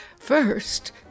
First